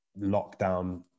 lockdown